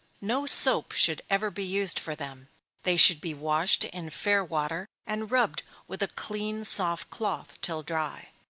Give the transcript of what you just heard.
no soap should ever be used for them they should be washed in fair water, and rubbed with a clean, soft cloth, till dry.